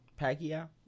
Pacquiao